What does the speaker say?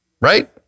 right